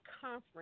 conference